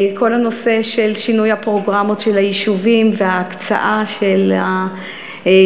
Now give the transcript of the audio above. כל הנושא של שינוי הפרוגרמות של היישובים וההקצאה של המשאבים,